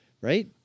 right